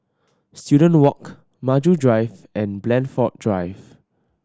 Student Walk Maju Drive and Blandford Drive